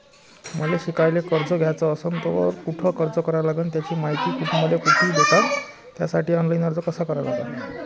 मले शिकायले कर्ज घ्याच असन तर कुठ अर्ज करा लागन त्याची मायती मले कुठी भेटन त्यासाठी ऑनलाईन अर्ज करा लागन का?